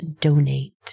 donate